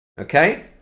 Okay